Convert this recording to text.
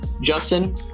Justin